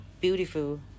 beautiful